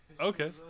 Okay